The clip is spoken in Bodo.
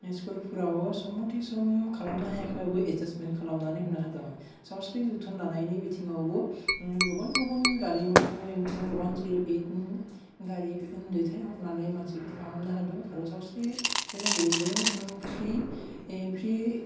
स्कुलफोराव सम मते सम खालामनो हायाखैबाबो एडजास्टमेन्ट खालामनानै होनो हादों सावस्रि जोथोन लानायनि बिथिंआवबो गोबां गोबां गारि मटर ओमफ्राय वान जिर' ओइटनि गारि दैथाय हरनानै मानसिखौ फाहामनो हादों आरो सावस्रिफोरनि गेजेरजों फ्रि फ्रि